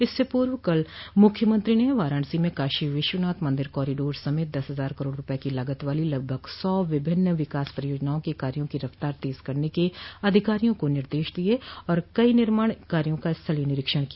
इससे पूर्व कल मुख्यमंत्री ने वाराणसी में काशी विश्वनाथ मंदिर कॉरिडोर समेत दस हजार करोड़ रूपये की लागत वाली लगभग सौ विभिन्न विकास परियोजनाओं के कार्यो की रफ्तार तेज करने के अधिकारियों को निर्देश दिये और कई निर्माण कार्यो का स्थलीय निरीक्षण किया